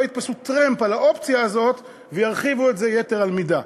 לא יתפסו טרמפ על האופציה הזאת וירחיבו את זה יתר על מידה.